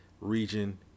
region